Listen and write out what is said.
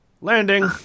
Landing